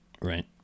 Right